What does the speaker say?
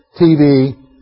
TV